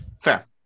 Fair